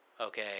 Okay